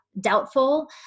doubtful